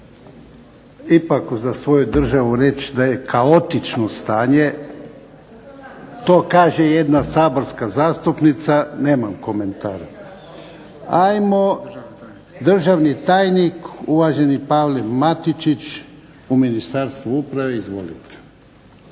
Ipak za svoju državu reći da je kaotično stanje. To kaže jedna saborska zastupnica. Nemam komentar. Hajmo državni tajnik uvaženi Pavle Matičić u Ministarstvu uprave. Izvolite.